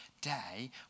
day